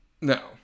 no